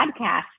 podcast